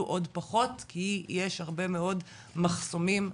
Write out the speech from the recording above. עוד פחות כי יש הרבה מאוד מחסומים בדרך,